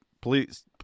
Please